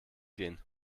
gehen